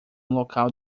local